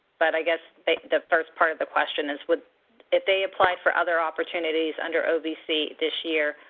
but i guess the first part of the question is would if they apply for other opportunities under ovc this year,